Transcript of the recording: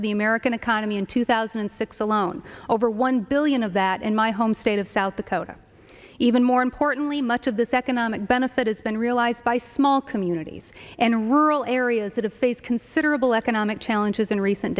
to the american economy in two thousand and six alone over one billion of that in my home state of south dakota even more importantly much of this economic benefit has been realized by small communities and rural areas that have faced considerable economic challenges in recent